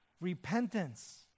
Repentance